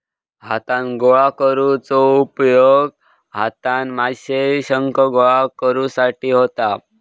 हातान गोळा करुचो उपयोग हातान माशे, शंख गोळा करुसाठी होता